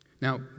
Now